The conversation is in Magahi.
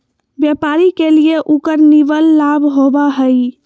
व्यापारी के लिए उकर निवल लाभ होबा हइ